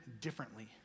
differently